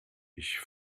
ich